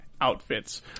outfits